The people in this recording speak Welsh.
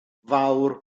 fawr